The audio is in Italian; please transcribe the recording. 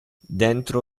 dentro